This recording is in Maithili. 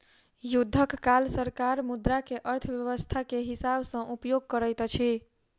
युद्धक काल सरकार मुद्रा के अर्थव्यस्था के हिसाब सॅ उपयोग करैत अछि